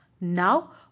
Now